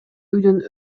үйдөн